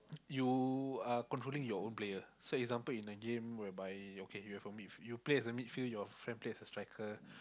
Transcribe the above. you are controlling your own player so example in the game whereby okay you have a mid you play as a midfield your friend play as a striker